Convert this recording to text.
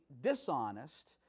dishonest